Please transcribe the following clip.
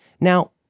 now